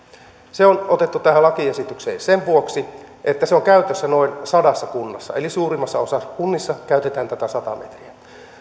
se on otettu tähän lakiesitykseen sen vuoksi että se on käytössä noin sadassa kunnassa eli useimmissa kunnissa käytetään tätä sataa metriä